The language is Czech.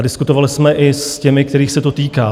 Diskutovali jsme i s těmi, kterých se to týká.